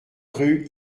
rue